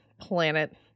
planet